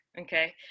Okay